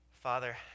Father